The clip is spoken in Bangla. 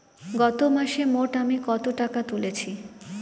গত মাসে মোট আমি কত টাকা তুলেছি?